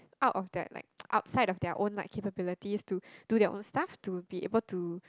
out of that like outside of their own like capabilities to do their own stuff to be able to